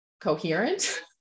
coherent